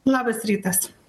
labas rytas